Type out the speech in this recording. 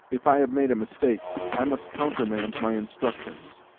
if i have made a mistake, i must countermand my instructions